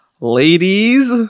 Ladies